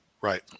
right